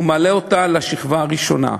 הוא מעלה אותה לשכבה הראשונה,